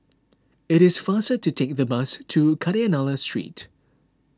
it is faster to take the bus to Kadayanallur Street